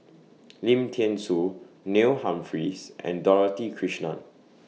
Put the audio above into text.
Lim Thean Soo Neil Humphreys and Dorothy Krishnan